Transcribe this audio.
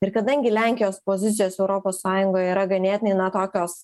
ir kadangi lenkijos pozicijos europos sąjungoj yra ganėtinai na tokios